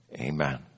Amen